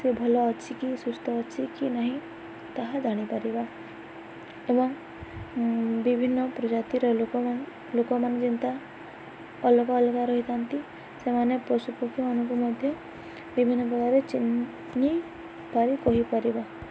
ସେ ଭଲ ଅଛି କି ସୁସ୍ଥ ଅଛି କି ନାହିଁ ତାହା ଜାଣିପାରିବା ଏବଂ ବିଭିନ୍ନ ପ୍ରଜାତିର ଲୋକ ଲୋକମାନେ ଯେନ୍ତା ଅଲଗା ଅଲଗା ରହିଥାନ୍ତି ସେମାନେ ପଶୁ ପକ୍ଷୀମାନଙ୍କୁ ମଧ୍ୟ ବିଭିନ୍ନପ୍ରକାର ଚିହ୍ନି ପାରି କହିପାରିବା